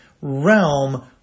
realm